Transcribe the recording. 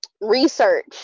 research